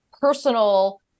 personal